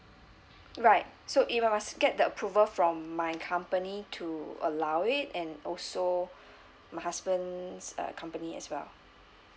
right so it mu~ must get the approval from my company to allow it and also my husband's uh company as well